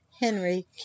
Henry